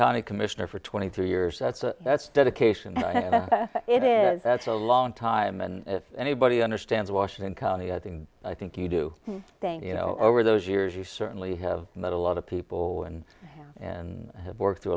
comic commissioner for twenty two years that's that's dedication it is that's a long time and if anybody understands washington county i think i think you do think you know over those years you certainly have met a lot of people and and have worked through